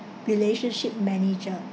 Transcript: relationship manager